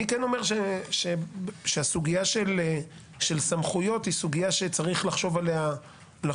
אני כן אומר שהסוגייה של סמכויות היא סוגייה שצריך לחשוב עליה טוב